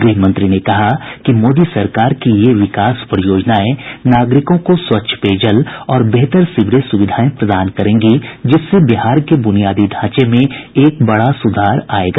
उन्होंने कहा कि मोदी सरकार की ये विकास परियोजनाएं नागरिकों को स्वच्छ पेयजल और बेहतर सीवरेज सुविधाएं प्रदान करेंगी जिससे बिहार के बुनियादी ढांचे में एक बड़ा सुधार आएगा